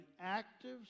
active